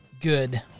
good